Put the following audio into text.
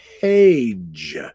page